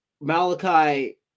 Malachi